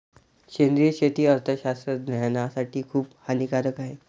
सेंद्रिय शेती अर्थशास्त्रज्ञासाठी खूप हानिकारक आहे